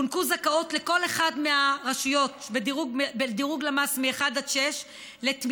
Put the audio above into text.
הוענקה זכאות לכל אחת מהרשויות בדירוג למ"ס מ-1 עד 6 לתמיכה,